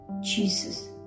Jesus